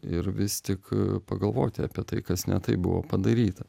ir vis tik pagalvoti apie tai kas ne taip buvo padaryta